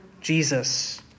Jesus